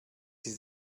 sie